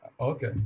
Okay